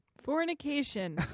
fornication